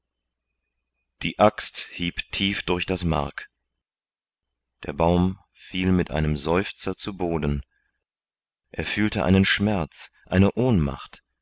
die axt hieb tief durch das mark der baum fiel mit einem seufzer zu boden er fühlte einen schmerz eine ohnmacht